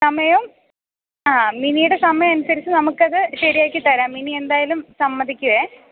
സമയം ആ മിനിയുടെ സമയം അനുസരിച്ച് നമുക്കത് ശരിയാക്കിത്തരാം മിനി എന്തായാലും സമ്മതിക്കുമേ